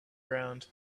ground